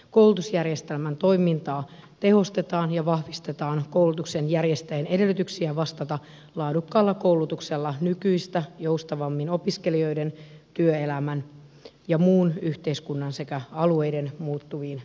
koulutusjärjestelmän toimintaa tehostetaan ja vahvistetaan koulutuksen järjestäjän edellytyksiä vastata laadukkaalla koulutuksella nykyistä joustavammin opiskelijoiden työelämän ja muun yhteiskunnan sekä alueiden muuttuviin tarpeisiin